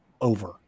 over